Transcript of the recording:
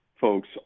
folks